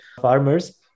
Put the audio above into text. farmers